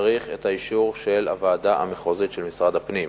וצריך את האישור של הוועדה המחוזית של משרד הפנים.